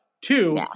Two